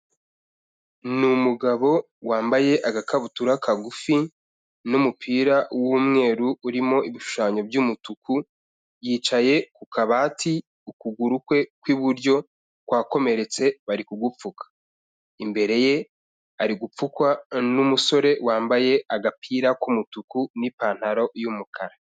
Ni umugabo wambaye agakabutura kagufi, n'umupira w'umweru urimo ibishushanyo by'umutuku, yicaye ku kabati ukuguru kwe kw'iburyo kwakomeretse bari kugupfuka. Imbere ye, ari gupfukwa n'umusore wambaye agapira k'umutuku n'ipantaro y'umukara.